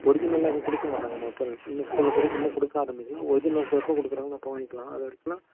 ஒரிஜினலெலாம் எதுவும் கொடுக்க மாட்டாங்கமா இப்போ இந்த ஸ்கூலில் கூட ஒன்றும் கொடுக்க ஆரம்பிக்கலை ஒரிஜினல் எப்போது கொடுக்கறாங்களோ அப்போ வாங்கிக்கிலாம் அது வரைக்கெலாம்